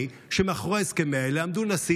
מאחורי ההסכמים האלה עמד נשיא